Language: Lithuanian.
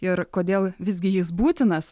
ir kodėl visgi jis būtinas